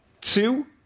two